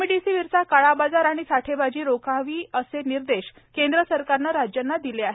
रेमेडिसीवीरचा काळा बाजार आणि साठेबाजी रोखावी असे निर्देश केंद्र सरकारनं राज्यांना दिले आहेत